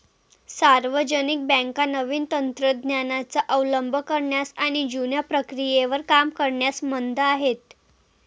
सार्वजनिक बँका नवीन तंत्र ज्ञानाचा अवलंब करण्यास आणि जुन्या प्रक्रियेवर काम करण्यास मंद आहेत